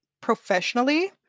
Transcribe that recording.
professionally